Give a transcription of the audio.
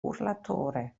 urlatore